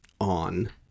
on